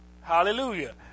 Hallelujah